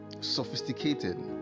sophisticated